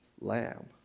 lamb